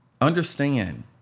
Understand